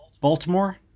Baltimore